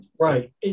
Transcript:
right